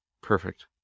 Perfect